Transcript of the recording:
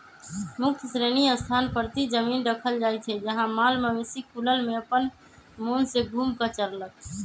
मुक्त श्रेणी स्थान परती जमिन रखल जाइ छइ जहा माल मवेशि खुलल में अप्पन मोन से घुम कऽ चरलक